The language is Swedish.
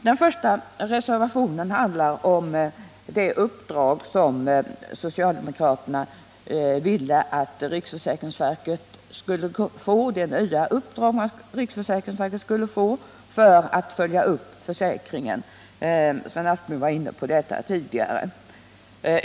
Den första reservationen handlar om det nya uppdrag som socialdemokraterna vill att riksförsäkringsverket skall få för att följa upp försäkringen — Sven Aspling var inne på detta tidigare.